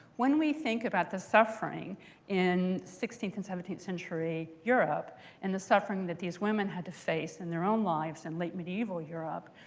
when we think about the suffering in sixteenth and seventeenth century europe and the suffering that these women had to face in their own lives in and late medieval europe,